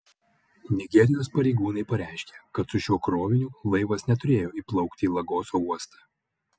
nigerijos pareigūnai pareiškė kad su šiuo kroviniu laivas neturėjo įplaukti į lagoso uostą